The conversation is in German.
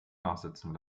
nachsitzen